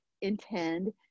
intend